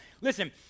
listen